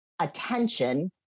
Attention